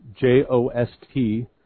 J-O-S-T